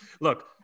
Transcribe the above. look